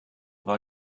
war